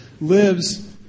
lives